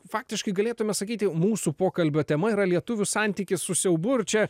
faktiškai galėtume sakyti mūsų pokalbio tema yra lietuvių santykis su siaubu ir čia